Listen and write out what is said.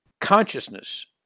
Consciousness